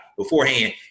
Beforehand